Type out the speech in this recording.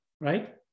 right